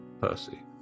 Percy